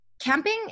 Camping